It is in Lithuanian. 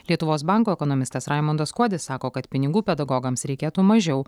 lietuvos banko ekonomistas raimundas kuodis sako kad pinigų pedagogams reikėtų mažiau